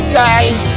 guys